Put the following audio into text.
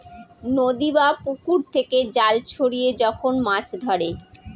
নদী বা পুকুর থেকে জাল ছড়িয়ে যখন মাছ ধরে